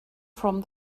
from